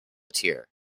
tear